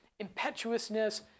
Impetuousness